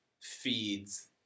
feeds